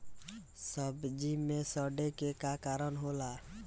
सब्जी में सड़े के का कारण होला?